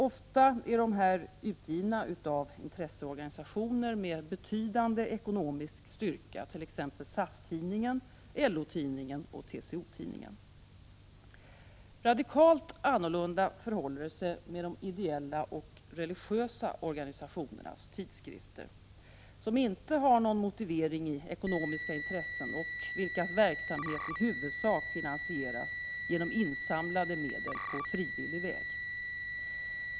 Ofta är dessa utgivna av intresseorganisationer med betydande ekonomisk styrka, t.ex. SAF-tidningen, LO-tidningen och TCO-tidningen. Radikalt annorlunda förhåller det sig med de ideella och religiösa organisationernas tidskrifter. Där finns inte någon motivering i ekonomiska = Prot. 1985/86:105 intressen, och deras verksamhet finansieras i huvudsak genom insamlade 2 april 1986 medel på frivillig väg.